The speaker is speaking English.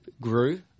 grew